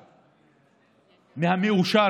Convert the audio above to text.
מהמאושר,